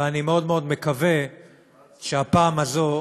ואני מאוד מקווה שהפעם הזו